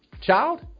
child